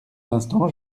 l’instant